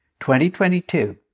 2022